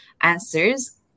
answers